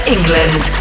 England